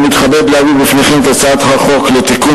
אני מתכבד להביא בפניכם את הצעת החוק לתיקון